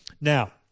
Now